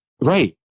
Right